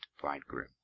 bridegroom